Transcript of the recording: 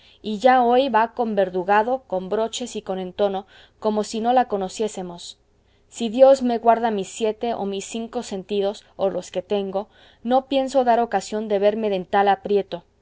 y ya hoy va con verdugado con broches y con entono como si no la conociésemos si dios me guarda mis siete o mis cinco sentidos o los que tengo no pienso dar ocasión de verme en tal aprieto